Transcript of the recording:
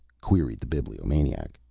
queried the bibliomaniac.